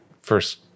first